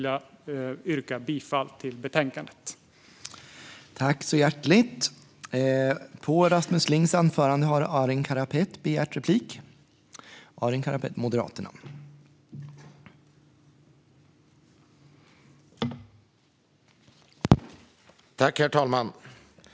Jag yrkar bifall till utskottets förslag.